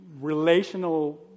relational